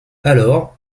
alors